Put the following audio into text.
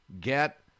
get